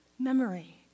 memory